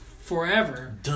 forever